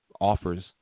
offers